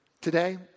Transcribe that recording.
today